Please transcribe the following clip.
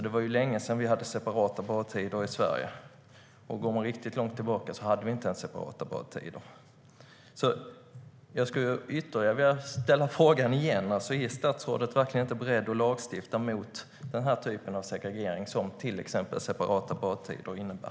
Det var länge sedan vi hade separata badtider i Sverige. Går man riktigt långt tillbaka hade vi inte heller separata badtider. Jag skulle vilja ställa frågan igen: Är statsrådet verkligen inte beredd att lagstifta mot den typ av segregering som till exempel separata badtider innebär?